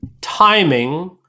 timing